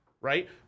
Right